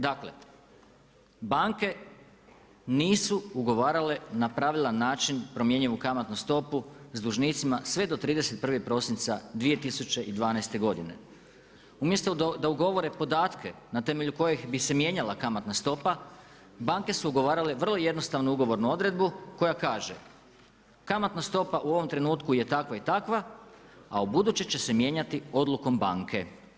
Dakle, banke nisu ugovarale na pravilan način promjenjivu kamatnu stopu s dužnicima sve do 31. prosinca 2012. godine. umjesto da ugovore podatke na temelju kojih bi se mijenjala kamatna stopa, banke su ugovarale vrlo jednostavno ugovornu odredbu koja kaže kamatna stopa u ovom trenutku je takva i takva, a ubuduće će se mijenjati odlukom banke.